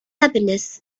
happiness